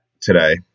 today